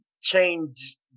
Change